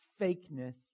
fakeness